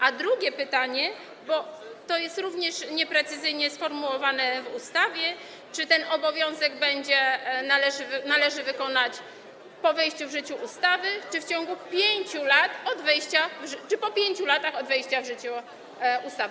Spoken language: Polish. A drugie pytanie, bo to jest również nieprecyzyjnie sformułowane w ustawie, brzmi: Czy ten obowiązek będzie należało wykonać po wejściu w życie ustawy, czy w ciągu 5 lat od wejścia w życie, czy po 5 latach od wejścia w życie ustawy?